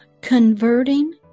converting